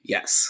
Yes